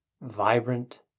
vibrant